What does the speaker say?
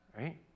right